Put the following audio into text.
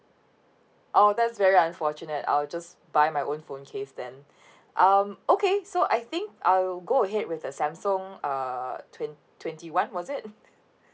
oh that's very unfortunate I'll just buy my own phone case then um okay so I think I'll go ahead with the Samsung err twen~ twenty one was it